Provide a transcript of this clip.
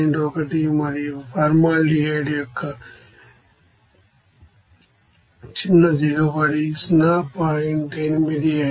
1 మరియు ఫార్మల్డిహైడ్ యొక్క భిన్న దిగుబడి 0